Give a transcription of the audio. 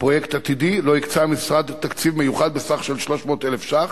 פרויקט עתידי שהמשרד הקצה לו תקציב מיוחד בסך 300,000 ש"ח.